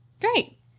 Great